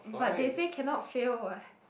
but they say cannot fail what